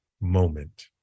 moment